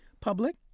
public